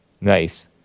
Nice